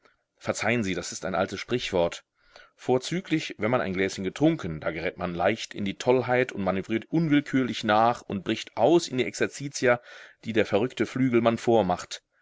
verzeihen sie das ist ein altes sprichwort vorzüglich wenn man ein gläschen getrunken da gerät man leicht in die tollheit und manövriert unwillkürlich nach und bricht aus in die exerzitia die der verrückte flügelmann vormacht